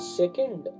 second